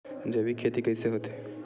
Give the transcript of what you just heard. जैविक खेती कइसे होथे?